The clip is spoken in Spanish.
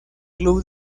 club